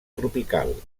tropical